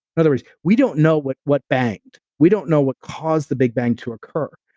in other words, we don't know what what banged. we don't know what caused the big bang to occur.